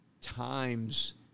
times